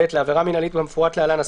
(ב)לעבירה מינהלית כמפורט להלן,